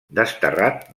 desterrat